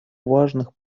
важных